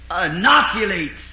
inoculates